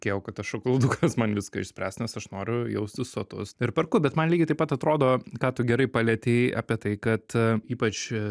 tikėjau kad tas šokoladukas man viską išspręs nes aš noriu jaustis sotus ir perku bet man lygiai taip pat atrodo ką tu gerai palietei apie tai kad ypač